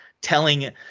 telling –